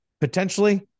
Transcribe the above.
potentially